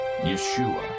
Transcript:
Yeshua